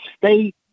state